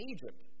Egypt